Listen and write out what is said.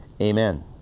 Amen